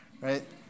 right